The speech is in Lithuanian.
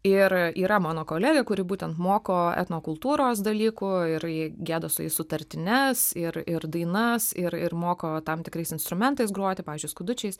ir yra mano kolegė kuri būtent moko etnokultūros dalykų ir gedos sutartines ir ir dainas ir ir moko tam tikrais instrumentais groti pavyzdžiui skudučiais